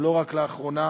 ולא רק לאחרונה,